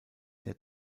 der